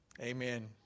Amen